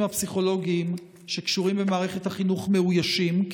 הפסיכולוגיים שקשורים למערכת החינוך מאוישים,